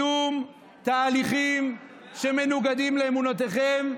השקעתם בקידום תהליכים שמנוגדים לאמונותיכם.